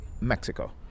Mexico